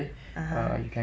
(uh huh)